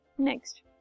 Next